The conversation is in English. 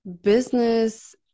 business